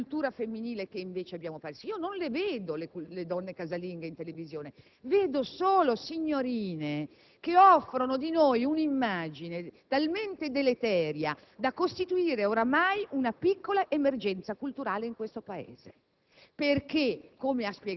di quella cultura femminile che, invece, abbiamo perso. Non vedo le donne casalinghe in televisione, ma solo signorine che offrono di noi un'immagine talmente deleteria da costituire oramai una piccola emergenza culturale in questo Paese.